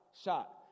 shot